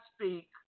speak